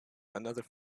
another